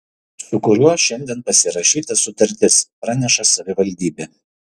su kuriuo šiandien pasirašyta sutartis praneša savivaldybė